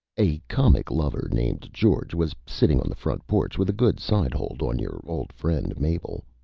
a comic lover named george was sitting on the front porch with a good side hold on your old friend mabel.